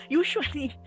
usually